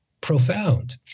profound